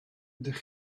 ydych